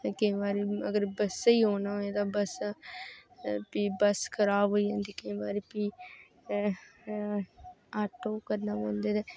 केईं बारी अगर बसें औना औए तां बस भी बस खराब होई जंदी केईं बारी भी आटो करना पौंदे ते